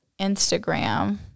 Instagram